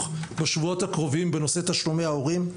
בשבועות הקרובים בנושא תשלומי ההורים.